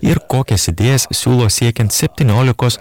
ir kokias idėjas siūlo siekiant septyniolikos